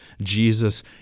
Jesus